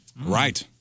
Right